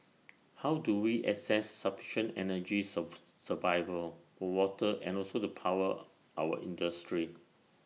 how do we access sufficient energy survival for water and also to power our industry